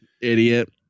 idiot